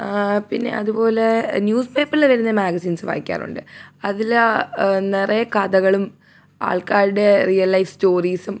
പിന്നെ അതുപോലെ ന്യൂസ് പേപ്പറിൽ വരുന്ന മാഗസീൻസ് വായിക്കാറുണ്ട് അതിൽ നിറയെ കഥകളും ആൾക്കാരുടെ റിയൽ ലൈഫ് സ്റ്റോറീസും